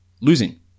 losing